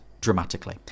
dramatically